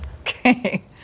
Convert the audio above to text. Okay